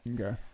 okay